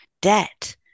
debt